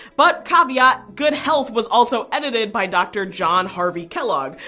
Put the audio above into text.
but caveat good health was also edited by dr. john harvey kellogg,